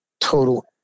total